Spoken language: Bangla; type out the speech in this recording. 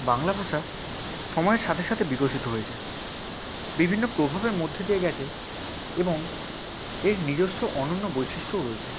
বাংলা ভাষা সময়ের সাথে সাথে বিকশিত হয়েছে বিভিন্ন প্রভাবের মধ্যে দিয়ে গেছে এবং এর নিজস্ব অনন্য বৈশিষ্ট্যও রয়েছে